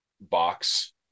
box